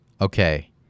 Okay